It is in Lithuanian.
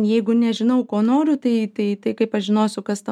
jeigu nežinau ko noriu tai tai tai kaip aš žinosiu kas ta